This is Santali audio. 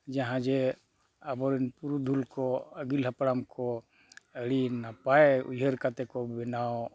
ᱡᱟᱦᱟᱸ ᱡᱮ ᱟᱵᱚ ᱨᱮᱱ ᱯᱩᱨᱩᱫᱷᱩᱞ ᱠᱚ ᱟᱹᱜᱤᱞ ᱦᱟᱯᱲᱟᱢ ᱠᱚ ᱟᱹᱰᱤ ᱱᱟᱯᱟᱭ ᱩᱭᱦᱟᱹᱨ ᱠᱟᱛᱮᱫ ᱠᱚ ᱵᱮᱱᱟᱣ